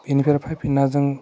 बेनिफ्राइ आरो फैफिनना जों